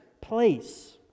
place